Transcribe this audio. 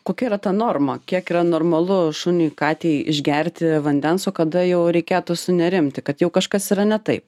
kokia yra ta norma kiek yra normalu šuniui katei išgerti vandens o kada jau reikėtų sunerimti kad jau kažkas yra ne taip